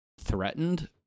threatened